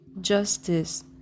justice